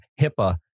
HIPAA